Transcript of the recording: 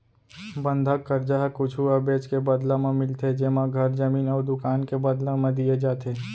बंधक करजा ह कुछु अबेज के बदला म मिलथे जेमा घर, जमीन अउ दुकान के बदला म दिये जाथे